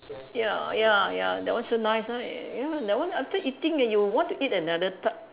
ya ya ya that one still nice ah y~ you know that one after eating then you want to eat another ti~